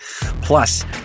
Plus